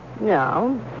No